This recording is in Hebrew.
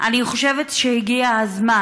אני חושבת שהגיע הזמן.